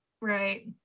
Right